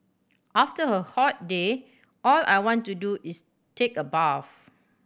after a hot day all I want to do is take a bath